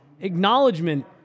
acknowledgement